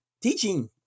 teaching